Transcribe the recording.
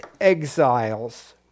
exiles